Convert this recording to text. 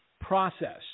process